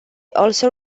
also